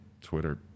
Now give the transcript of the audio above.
Twitter